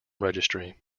registry